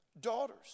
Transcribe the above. daughters